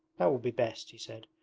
that will be best he said,